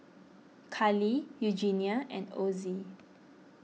Karley Eugenia and Ozzie